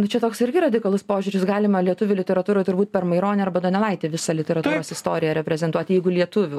nu čia toks irgi radikalus požiūris galima lietuvių literatūrą turbūt per maironį arba donelaitį visą literatūros istoriją reprezentuot jeigu lietuvių